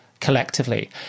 collectively